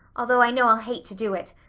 although i know i'll hate to do it.